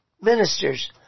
ministers